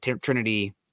Trinity